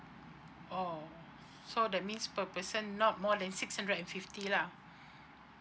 oh so that means per person not more than six hundred and fifty lah